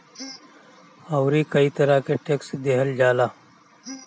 अउरी कई तरह के टेक्स देहल जाला